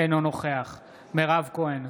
אינו נוכח מירב כהן,